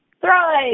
thrive